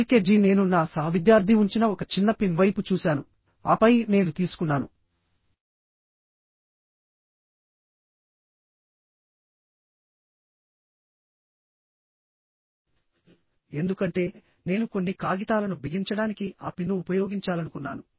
L K G నేను నా సహవిద్యార్ధి ఉంచిన ఒక చిన్న పిన్ వైపు చూశానుఆపై నేను తీసుకున్నాను ఎందుకంటే నేను కొన్ని కాగితాలను బిగించడానికి ఆ పిన్ను ఉపయోగించాలనుకున్నాను